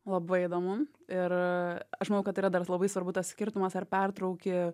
labai įdomu ir aš manau kad yra dar labai svarbu tas skirtumas ar pertrauki